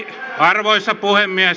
arvoisa puhemies